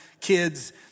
kids